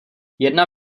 jedna